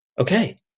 okay